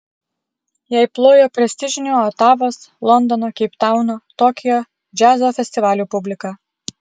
jai plojo prestižinių otavos londono keiptauno tokijo džiazo festivalių publika